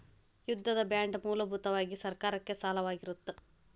ಯುದ್ಧದ ಬಾಂಡ್ ಮೂಲಭೂತವಾಗಿ ಸರ್ಕಾರಕ್ಕೆ ಸಾಲವಾಗಿರತ್ತ